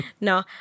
no